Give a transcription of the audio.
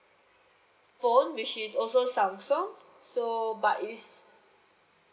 phone which is also samsung so but it is